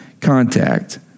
contact